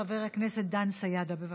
חבר הכנסת דן סידה, בבקשה.